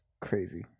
crazy